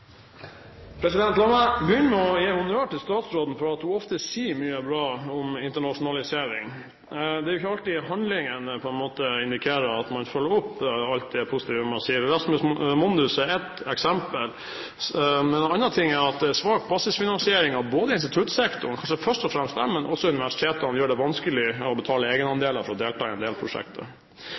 La meg begynne med å gi honnør til statsråden for at hun ofte sier mye bra om internasjonalisering. Det er ikke alltid handlingen indikerer at man følger opp alt det positive man sier. Erasmus Mundus er ett eksempel. En annen ting er at svak basisfinansiering først og fremst i instituttsektoren, men også til universitetene, gjør det vanskelig å betale egenandeler for å delta i en del prosjekter.